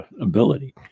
ability